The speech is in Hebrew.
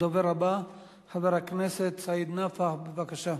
הדובר הבא, חבר הכנסת סעיד נפאע, בבקשה.